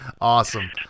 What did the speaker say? awesome